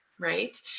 Right